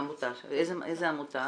איזה עמותה?